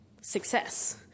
success